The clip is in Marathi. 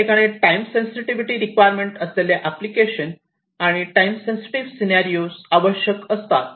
या ठिकाणी टाईम सेन्सिटिव्हिटी रिक्वायरमेंट असलेले एप्लीकेशन आणि टाईम सेन्सिटिव्ह सिनारिओ आवश्यक असतात